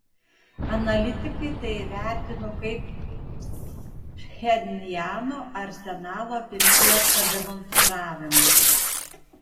analitikai tai įvertino kaip pchenjano arsenalo apimties pademonstravimą